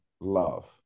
love